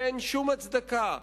ואין שום הצדקה,